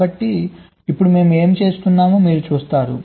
కాబట్టి ఇప్పుడు మేము ఏమి చేస్తున్నామో మీరు చూస్తారు